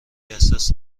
احساس